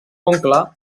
oncle